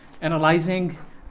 analyzing